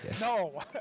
No